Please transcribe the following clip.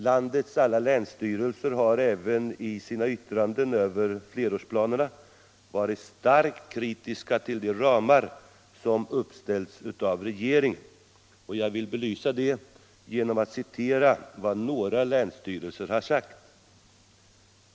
Landets alla länsstyrelser har även i sina yttranden över flerårsplanerna varit starkt kritiska till de ramar som uppställts av regeringen. Jag vill belysa detta genom att citera vad några länsstyrelser har sagt.